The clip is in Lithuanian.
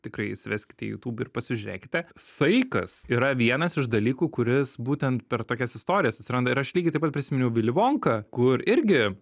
tikrai suveskite į youtube ir pasižiūrėkite saikas yra vienas iš dalykų kuris būtent per tokias istorijas atsiranda ir aš lygiai taip pat prisiminiau willy wonka kur irgi